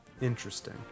Interesting